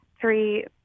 three